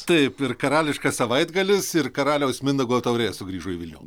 taip ir karališkas savaitgalis ir karaliaus mindaugo taurė sugrįžo į vilnių